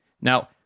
Now